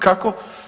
Kako?